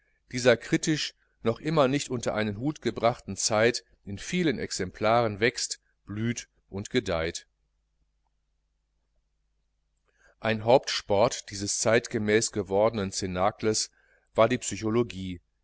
dieser kritisch noch immer nicht unter einen hut gebrachten zeit in vielen exemplaren wächst blüht und gedeiht ein hauptsport dieses zeitgemäß gewordenen cnacles war die psychologie